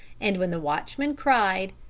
and when the watchman cried,